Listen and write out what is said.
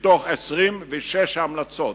בתוך 26 ההמלצות